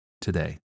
today